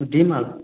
ଦୁଇ ମାଳ